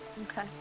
Okay